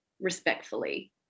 respectfully